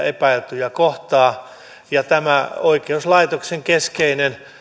epäiltyjä kohtaan ja tämä oikeuslaitoksen keskeinen